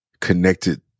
connected